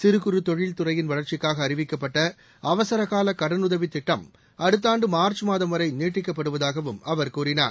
சிறு குறு தொழில் துறையின் வளர்ச்சிக்காக அறிவிக்கப்பட்ட அவசர கால கடனுதவி திட்டம் அடுத்த ஆண்டு மார்ச் மாதம் வரை நீட்டிக்கப்படுவதாகவும் அவர் கூறினார்